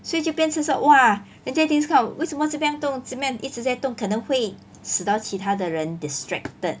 所以就变成说 !wah! 人家就一直看我为什么一直动这边一直在动可能会使得其他的人 distracted